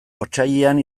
otsailean